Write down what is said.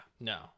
no